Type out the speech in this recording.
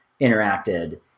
interacted